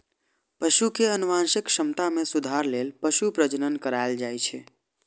पशु के आनुवंशिक क्षमता मे सुधार लेल पशु प्रजनन कराएल जाइ छै